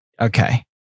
Okay